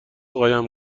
قایم